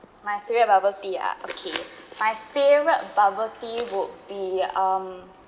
my favourite bubble tea ah okay my favourite bubble tea would be um